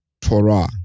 Torah